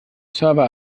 server